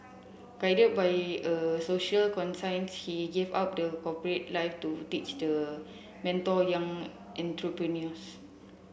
guided by a social conscience he gave up the corporate life to teach the mentor young entrepreneurs